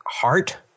heart